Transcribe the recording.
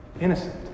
innocent